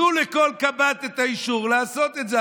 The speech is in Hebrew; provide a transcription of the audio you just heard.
תנו לכל קב"ט את האישור לעשות את זה.